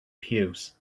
pews